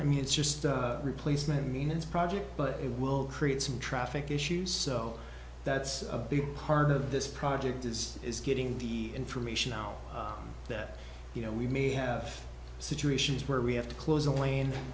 i mean it's just the replacement means project but it will create some traffic issues so that's a big part of this project is is getting the information now that you know we've made have situations where we have to close a lan